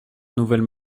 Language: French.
nouvelles